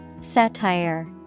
Satire